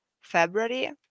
February